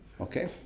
Okay